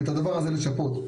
ואת הדבר הזה לשפות.